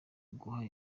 uguha